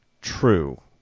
True